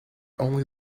only